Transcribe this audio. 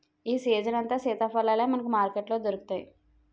ఈ సీజనంతా సీతాఫలాలే మనకు మార్కెట్లో దొరుకుతాయి